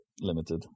limited